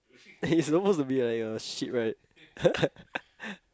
it's supposed to be like a sheep right